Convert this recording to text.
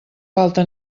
falta